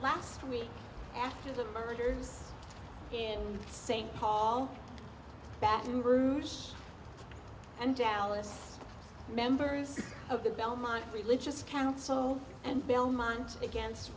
last week after the murders in st paul baton bruce and doubtless members of the belmont religious council and belmont against